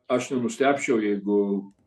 aš nenustebčiau jeigu